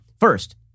First